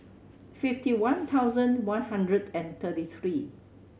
fifty one thousand one hundred and thirty three